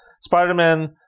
Spider-Man